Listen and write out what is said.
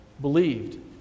believed